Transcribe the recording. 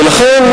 ולכן,